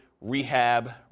rehab